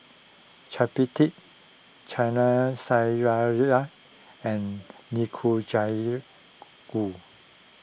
Chapati Chana and